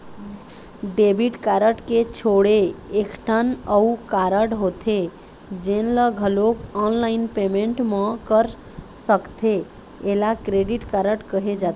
debit card के छोड़े एकठन अउ कारड होथे जेन ल घलोक ऑनलाईन पेमेंट म कर सकथे एला क्रेडिट कारड कहे जाथे